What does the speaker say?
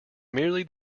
merely